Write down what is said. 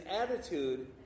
attitude